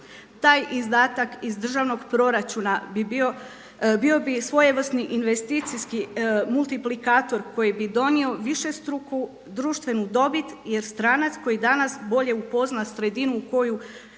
Taj izdatak iz državnog proračuna bi bio, bio bi svojevrsni investicijski multiplikator koji bi donio višestruku društvenu dobit jer stranca koji danas bolje upozna sredinu u koju